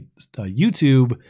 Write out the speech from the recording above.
YouTube